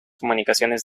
comunicaciones